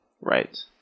Right